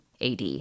AD